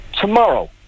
Tomorrow